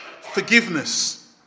Forgiveness